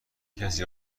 کسی